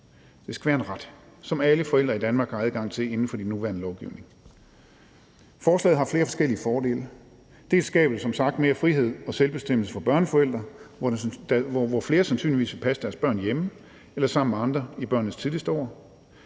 Det skal være en ret, som alle forældre i Danmark har adgang til inden for den nuværende lovgivning. Forslaget har flere forskellige fordele. Dels skaber det som sagt mere frihed og selvbestemmelse for børneforældre, hvor flere sandsynligvis vil passe deres børn hjemme eller sammen med andre i børnenes tidligste år,